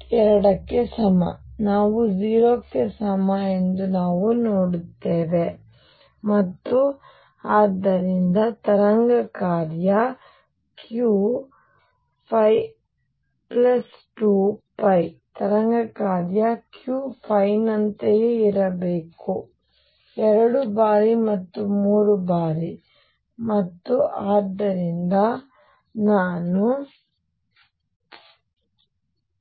ಆದ್ದರಿಂದ 2 ಕ್ಕೆ ಸಮ ನಾವು 0 ಕ್ಕೆ ಸಮ ಎಂದು ನಾವು ನೋಡುತ್ತೇವೆ ಮತ್ತು ಆದ್ದರಿಂದ ತರಂಗ ಕಾರ್ಯ Q ϕ2 π ತರಂಗ ಕಾರ್ಯ Q ϕ ನಂತೆಯೇ ಇರಬೇಕು ಎರಡು ಬಾರಿ ಮೂರು ಬಾರಿ ಮತ್ತು ಆದ್ದರಿಂದ ನಾನು